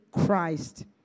Christ